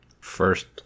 First